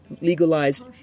legalized